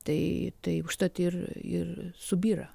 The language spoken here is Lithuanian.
tai tai užtat ir ir subyra